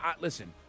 Listen